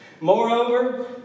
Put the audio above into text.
Moreover